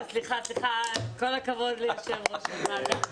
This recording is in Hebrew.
לא, סליחה, כל הכבוד ליושב ראש הוועדה.